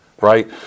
right